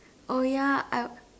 oh ya I